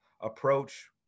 approach